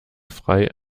frei